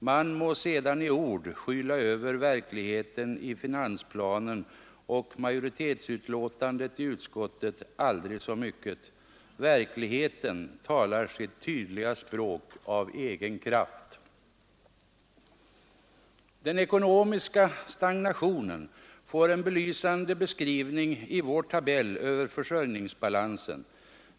Man må i ord skyla över verkligheten i finansplanen och i utskottsmajoritetens betänkande aldrig så mycket — verkligheten talar sitt tydliga spåk av egen kraft. Den ekonomiska stagnationen får en belysande beskrivning i vår tabell över försörjningsbalansen.